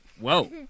Whoa